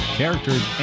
characters